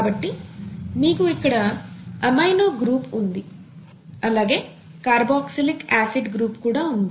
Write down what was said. కాబట్టి మీకు ఇక్కడ ఎమినో గ్రూప్ ఉంది అలాగే కార్బొక్సీలిక్ ఆసిడ్ గ్రూప్ కూడా ఉంది